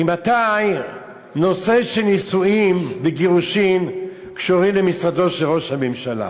ממתי נושא של נישואים וגירושים קשור למשרדו של ראש הממשלה?